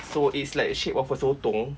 so it's like a shape of a sotong